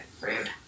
Rude